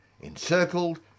encircled